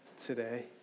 today